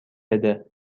بده